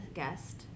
guest